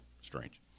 strange